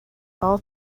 all